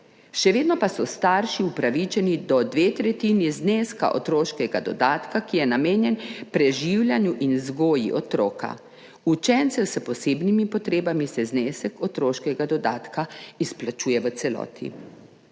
Še vedno pa so starši upravičeni do dveh tretjin zneska otroškega dodatka, ki je namenjen preživljanju in vzgoji otroka. Učencem s posebnimi potrebami se znesek otroškega dodatka izplačuje v celoti.